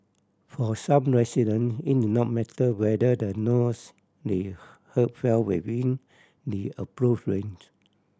for some resident it did not matter whether the noise they heard fell within the approved range